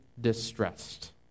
distressed